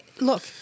Look